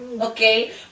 Okay